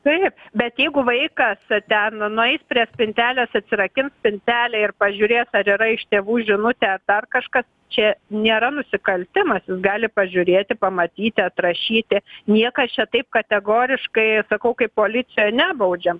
taip bet jeigu vaikas ten nueis prie spintelės atsirakins spintelę ir pažiūrės ar yra iš tėvų žinutė ar kažkas čia nėra nusikaltimas jis gali pažiūrėti pamatyti atrašyti niekas čia taip kategoriškai sakau kaip policija nebaudžiam